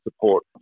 support